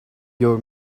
your